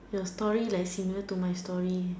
your story like similar to my story